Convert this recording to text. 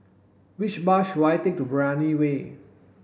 which bus should I take to Brani Way